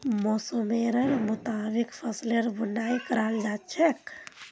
मौसमेर मुताबिक फसलेर बुनाई कराल जा छेक